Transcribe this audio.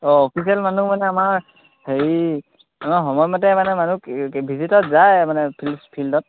অঁ অফিচিয়েল মানুহ মানে আমাৰ হেৰি আমাৰ সময় মতে মানে মানুহ ভিজিটত যায় মানে ফিল্ডত